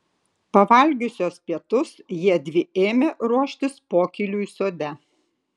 pavalgiusios pietus jiedvi ėmė ruoštis pokyliui sode